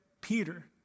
Peter